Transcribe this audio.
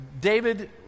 David